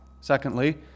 Secondly